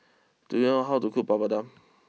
do you know how to cook Papadum